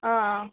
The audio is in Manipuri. ꯑꯥ ꯑꯥ